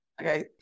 Okay